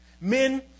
men